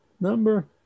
number